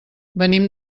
venim